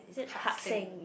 hard saying